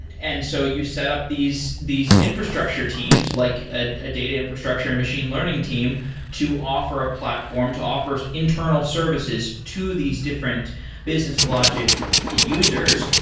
and so you set up these these infrastructure teams, like a data infrastructure and machine learning team to offer a platform, to offer internal services to these different business logic users.